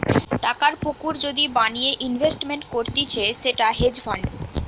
টাকার পুকুর যদি বানিয়ে ইনভেস্টমেন্ট করতিছে সেটা হেজ ফান্ড